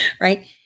Right